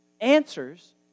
answers